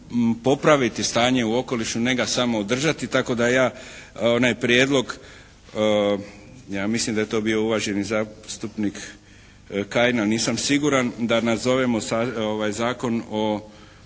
popraviti stanje u okolišu ne ga samo održati. Tako da ja onaj prijedlog, ja mislim da je to bio uvaženi zastupnik Kajin, a nisam siguran, da nazovemo zakon ne